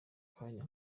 akanya